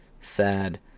Sad